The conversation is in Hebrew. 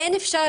אי אפשר